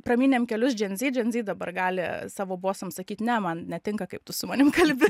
pramynėm kelius džen zy džen zy dabar gali savo bosams sakyt ne man netinka kaip tu su manim kalbi